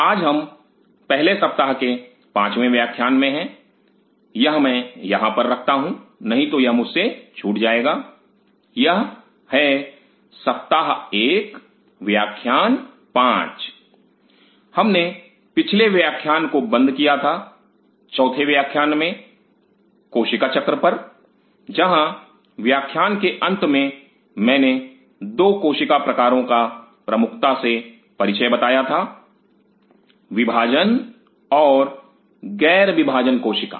आज हम पहले सप्ताह के पांचवें व्याख्यान में हैं यह मै यहाँ रखता हूँ नहीं तो यह मुझसे छूट जाएगा यह है सप्ताह एक व्याख्यान पाँच 5 W1L 5 हमने पिछले व्याख्यान को बंद किया था चौथे व्याख्यान में कोशिका चक्र पर जहाँ व्याख्यान के अंत में मैंने दो कोशिका प्रकारों का परिचय प्रमुखता से बताया था विभाजन और ग़ैर विभाजन कोशिका